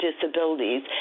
disabilities